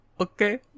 Okay